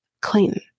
Clayton